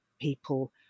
people